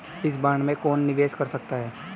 इस बॉन्ड में कौन निवेश कर सकता है?